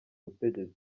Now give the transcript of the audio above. butegetsi